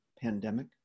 pandemic